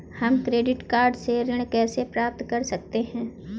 हम credit card से ऋण कैसे प्राप्त कर सकते हैं?